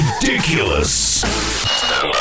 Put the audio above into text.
ridiculous